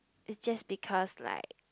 it's just because like